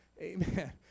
Amen